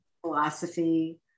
philosophy